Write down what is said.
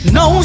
no